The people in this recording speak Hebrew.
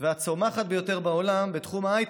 והצומחת ביותר בעולם בתחום ההייטק,